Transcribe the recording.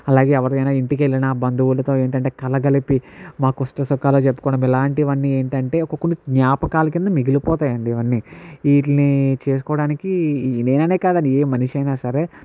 అలాగే ఎవరిదైనా ఇంటికెళ్ళినా బంధువులతో ఏంటంటే కలగలిపి మా కుష్ట సుఖాలు చెప్పుకోవటం ఇలాంటివన్నీ ఏంటంటే ఒక కొన్ని జ్ఞాపకాల కింద మిగిలిపోతాయి అండి ఇవన్నీ వీటిని చేసుకోవడానికి నేననే కాదండి ఏ మనిషి అయినా సరే